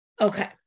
okay